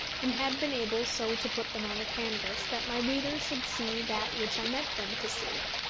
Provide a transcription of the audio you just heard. and had been able so to put them on the canvas that my readers should see that which i meant them to see.